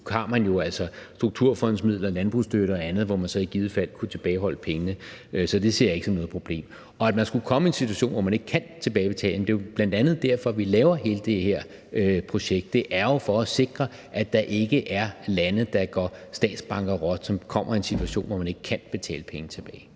har man jo altså strukturfondsmidler, landbrugsstøtte og andet, og der kunne man så i givet fald tilbageholde pengene. Så det ser jeg ikke som noget problem. Så det med, at man skulle komme i en situation, hvor man ikke kan tilbagebetale dem – jamen det er jo bl.a. derfor, at vi laver hele det her projekt, nemlig for at sikre, at der ikke er lande, der går statsbankerot, og som kommer i en situation, hvor de ikke kan betale penge tilbage.